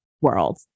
world